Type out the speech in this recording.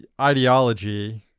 ideology